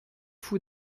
fou